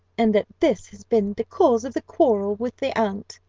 and that this has been the cause of the quarrel with the aunt.